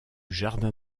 jardin